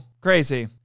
crazy